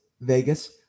Vegas